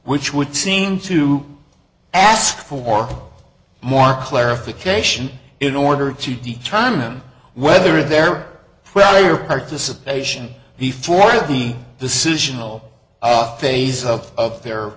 which would seem to ask for more clarification in order to determine whether there were your participation before the decisional phase of their